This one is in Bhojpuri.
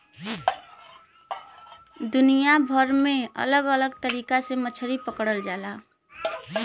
दुनिया भर में अलग अलग तरीका से मछरी पकड़ल जाला